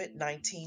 COVID-19